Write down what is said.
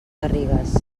garrigues